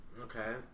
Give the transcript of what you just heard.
Okay